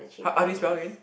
how do you spell again